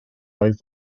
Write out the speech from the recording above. oedd